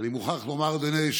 3 מיליארד שקל בשנה לילדי ישראל.